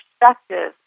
perspective